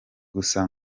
gusa